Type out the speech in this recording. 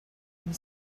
and